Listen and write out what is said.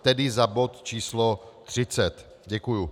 Tedy za bod č. 30. Děkuji.